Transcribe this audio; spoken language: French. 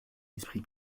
esprit